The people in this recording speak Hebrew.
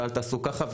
ואל תעשו ככה,